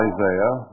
Isaiah